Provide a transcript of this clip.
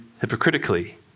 hypocritically